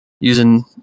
using